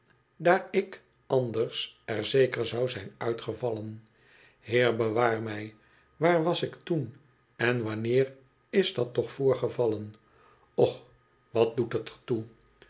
daar ik anders er zeker zou zijn uitgevallen heer bewaar me waar was ik toen en wanneer is dat toch voorgevallen och wat doet het er toe